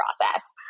process